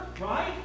right